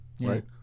right